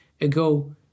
ago